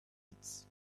its